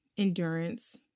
endurance